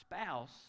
spouse